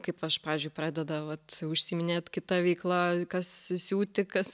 kaip aš pavyzdžiui pradeda vat užsiiminėt kita veikla kas siūti kas